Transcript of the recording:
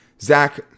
Zach